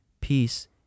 peace